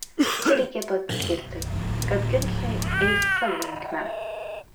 čia reikėtų atskirti kad ginčai eis savo linkme